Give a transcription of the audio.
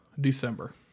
December